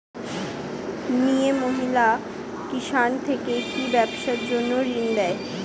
মিয়ে মহিলা কিষান থেকে কি ব্যবসার জন্য ঋন দেয়?